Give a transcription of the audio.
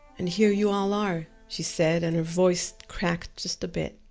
and here you all are, she said and her voice cracked just a bit,